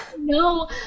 no